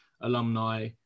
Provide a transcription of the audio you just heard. alumni